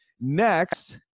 next